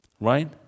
Right